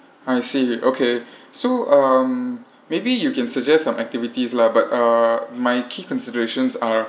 I see okay so um maybe you can suggest some activities lah but uh my key considerations are